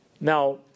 Now